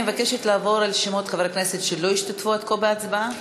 אני מבקשת לעבור על שמות חברי הכנסת שלא השתתפו עד כה בהצבעה.